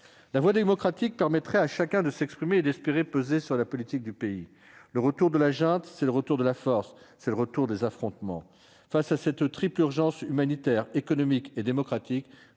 La voie démocratique permettait à chacun de s'exprimer et d'espérer peser sur la politique du pays. Le retour de la junte, c'est le retour de la force, le retour des affrontements. Face à cette triple urgence- humanitaire, économique et démocratique